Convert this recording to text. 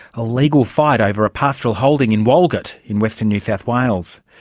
a legal fight over a pastoral holding in walgett in western new south wales.